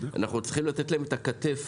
אנחנו צריכים לתת להם את הכתף.